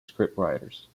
scriptwriters